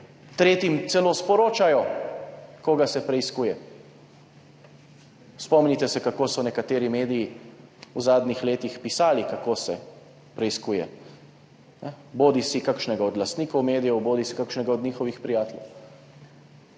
tretjim celo sporočajo, koga se preiskuje. Spomnite se, kako so nekateri mediji v zadnjih letih pisali, kako se preiskuje bodisi kakšnega od lastnikov medijev bodisi kakšnega od njihovih prijateljev.